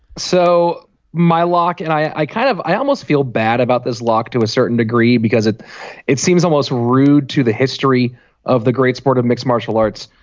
so my lock and i kind of i almost feel bad about this lock to a certain degree because it it seems almost rude to the history of the great sport of mixed martial arts.